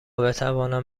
بتوانند